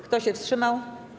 Kto się wstrzymał?